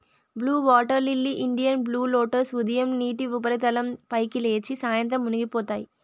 blue water lily, Indian blue lotus ఉదయం నీటి ఉపరితలం పైకి లేచి, సాయంత్రం మునిగిపోతాయి